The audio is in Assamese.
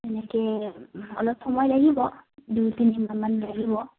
এনেকে অলপ সময় লাগিব দুই লাগিব